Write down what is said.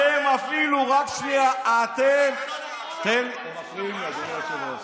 אתם אפילו, רק שנייה, מה השעה?